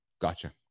Gotcha